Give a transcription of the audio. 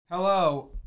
Hello